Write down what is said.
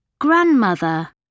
Grandmother